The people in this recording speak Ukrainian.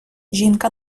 жінка